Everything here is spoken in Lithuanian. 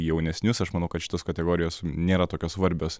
jaunesnius aš manau kad šitos kategorijos nėra tokios svarbios